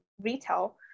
retail